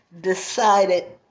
decided